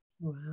Wow